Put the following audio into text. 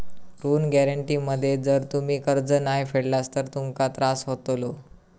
ऋण गॅरेंटी मध्ये जर तुम्ही कर्ज नाय फेडलास तर तुमका त्रास होतलो